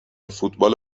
فوتبال